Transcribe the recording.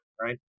right